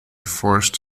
forced